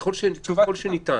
ככל שניתן,